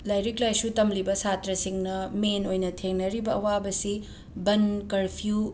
ꯂꯥꯏꯔꯤꯛ ꯂꯥꯏꯁꯨ ꯇꯝꯂꯤꯕ ꯁꯥꯇ꯭ꯔꯁꯤꯡꯅ ꯃꯦꯟ ꯑꯣꯏꯅ ꯊꯦꯡꯅꯔꯤꯕ ꯑꯋꯥꯕꯁꯤ ꯕꯟ ꯀꯔꯐ꯭ꯌꯨ